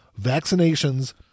Vaccinations